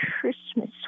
Christmas